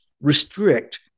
restrict